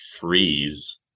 freeze